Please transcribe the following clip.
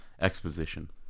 exposition